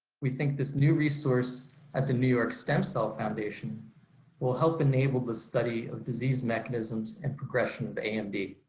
we think this new resource at the new york stem cell foundation will help enable the study of disease mechanisms and progression of amd.